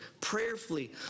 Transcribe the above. prayerfully